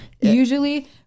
usually